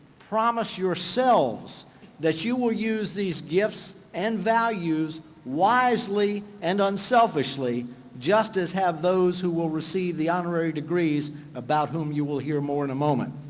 promise yourselves that you will use these these gifts and values wisely and unselfishly just as have those who will receive the honorary degrees about whom you will hear more in a moment.